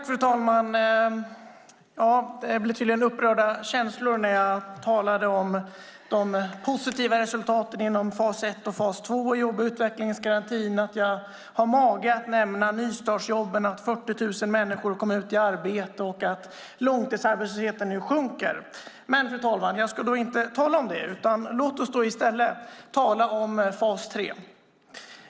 Fru talman! Det blev tydligen upprörda känslor när jag talade om de positiva resultaten inom fas 1 och fas 2 i jobb och utvecklingsgarantin och att jag hade mage att nämna nystartsjobben, att 40 000 människor kom ut i arbete och att långtidsarbetslösheten nu minskar. Men, fru talman, jag ska inte tala om det. Låt oss i stället tala om fas 3.